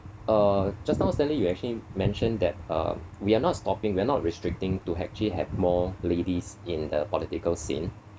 uh just now stanley you actually mentioned that uh we're not stopping we're not restricting to actually have more ladies in the political scene